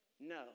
No